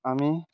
আমি